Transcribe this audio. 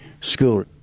School